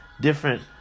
different